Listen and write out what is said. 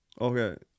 Okay